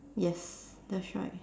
yes that's right